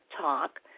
talk